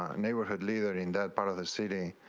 um neighborhood leader in that part of the city.